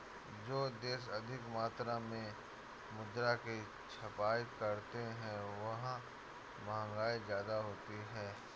जो देश अधिक मात्रा में मुद्रा की छपाई करते हैं वहां महंगाई ज्यादा होती है